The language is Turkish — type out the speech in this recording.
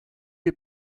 bir